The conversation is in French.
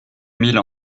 émile